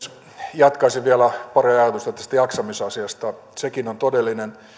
jatkaisin vielä pari ajatusta tästä jaksamisasiasta sekin on todellinen